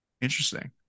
Interesting